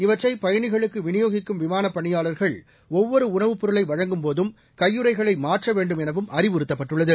இவற்றை பயணிகளுக்கு விநியோகிக்கும் விமானப் பணியாளர்கள் ஒவ்வொரு உணவுப் பொருளை வழங்கும்போதும் கையுறைகளை மாற்ற வேண்டும் எனவும் அறிவுறுத்தப்பட்டுள்ளது